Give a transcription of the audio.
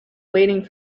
waiting